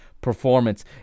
performance